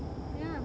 ya